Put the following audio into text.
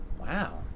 Wow